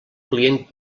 client